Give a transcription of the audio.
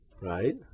right